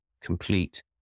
complete